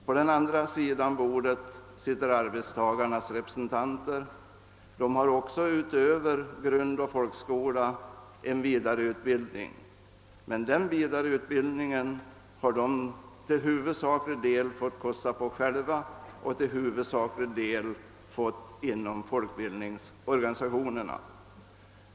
På den andra sidan bordet sitter arbetstagarnas representanter. De har också utöver grundoch folkskola en vidareutbildning, men den vidareutbildningen har de till huvudsaklig del fått kosta på sig själva och till huvudsaklig del fått inom folkbildningsorganisationerna.